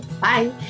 bye